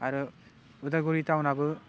आरो अदालगुरि टावनआबो